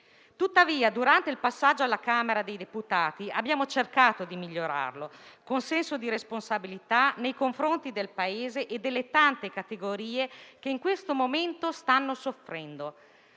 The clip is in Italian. Tuttavia, durante il passaggio alla Camera dei deputati, abbiamo cercato di migliorarlo, con senso di responsabilità nei confronti del Paese e delle tante categorie, che in questo momento stanno soffrendo.